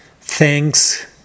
thanks